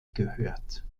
gehört